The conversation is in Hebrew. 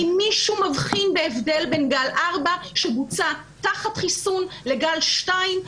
האם מישהו מבחין בהבדל בין גל 4 שבוצע תחת חיסון לגל 2?